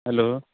hello